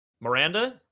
Miranda